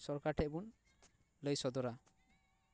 ᱥᱚᱨᱠᱟᱨ ᱴᱷᱮᱱ ᱵᱚᱱ ᱞᱟᱹᱭ ᱥᱚᱫᱚᱨᱟ